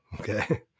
okay